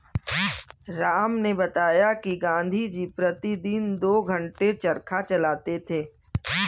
राम ने बताया कि गांधी जी प्रतिदिन दो घंटे चरखा चलाते थे